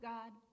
God